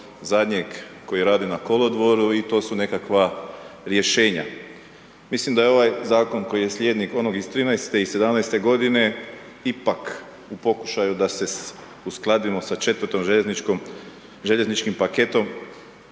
zadnjeg koji radi na kolodvoru i to su nekakva rješenja. Mislim da je ovaj zakon koji je slijednik onog iz 2013. i 2017. godine ipak u pokušaju da se uskladimo sa 4. željezničkim paketom,